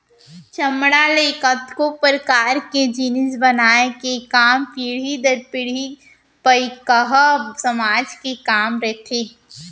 चमड़ा ले कतको परकार के जिनिस बनाए के काम पीढ़ी दर पीढ़ी पईकहा समाज के काम रहिथे